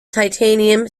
titanium